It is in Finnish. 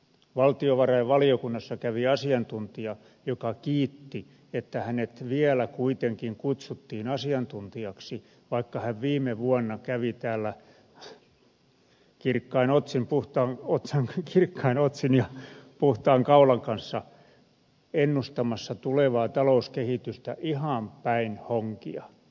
valtiovarainvaliokunnassa kävi asiantuntija joka kiitti että hänet vielä kuitenkin kutsuttiin asiantuntijaksi vaikka hän viime vuonna kävi täällä kirkkain otsin ja puhtaan kaulan kanssa ennustamassa tulevaa talouskehitystä ihan päin honkia